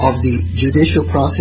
of the judicial process